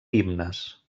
himnes